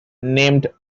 named